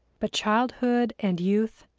but childhood and youth,